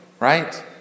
Right